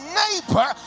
neighbor